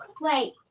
Wait